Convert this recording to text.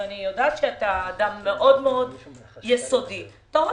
אני יודעת שאתה אדם מאוד יסוד אתה רואה